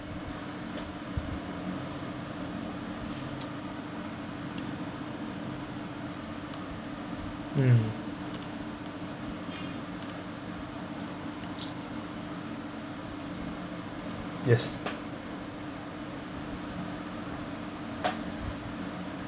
mm yes